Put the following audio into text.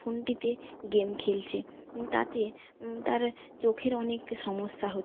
ফোনটিতে গেম খেলছে তাতে তার চোখের অনেক সমস্যা